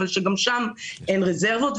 אבל גם שם אין רזרבות.